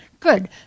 Good